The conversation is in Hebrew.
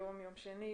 היום יום שני,